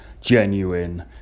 genuine